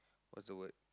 what's the word